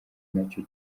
nacyo